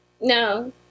No